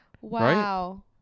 Wow